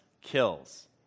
kills